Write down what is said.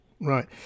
Right